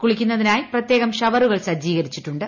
കുളിക്കുന്നതിനായി പ്രത്യേകം ഷവറുകൾ സജ്ജീകരിച്ചിട്ടുണ്ട്